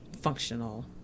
functional